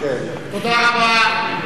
תודה רבה.